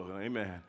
amen